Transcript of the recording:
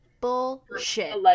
bullshit